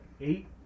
eight